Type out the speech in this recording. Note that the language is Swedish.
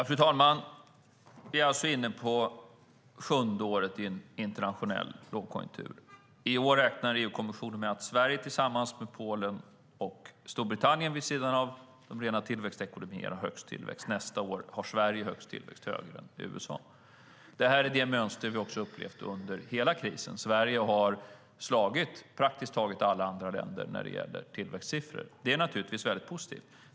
Fru talman! Vi är alltså inne på det sjunde året i en internationell lågkonjunktur. I år räknar EU-kommissionen med att Sverige tillsammans med Polen och Storbritannien, vid sidan av de rena tillväxtekonomierna, har högst tillväxt. Nästa år har Sverige högst tillväxt, högre än USA. Det här är det mönster vi har upplevt under hela krisen. Sverige har slagit praktiskt taget alla andra länder när det gäller tillväxtsiffror. Det är naturligtvis väldigt positivt.